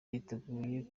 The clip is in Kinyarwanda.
yiteguye